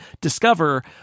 discover